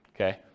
Okay